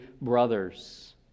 brothers